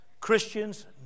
Christians